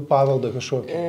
paveldą kažkokį